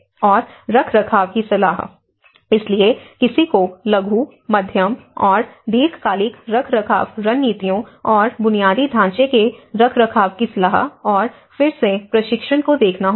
और रखरखाव की सलाह इसलिए किसी को लघु मध्यम और दीर्घकालिक रखरखाव रणनीतियों और बुनियादी ढांचे के रखरखाव की सलाह और फिर से प्रशिक्षण को देखना होगा